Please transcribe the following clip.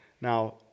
Now